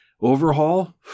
overhaul